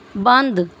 ਬੰਦ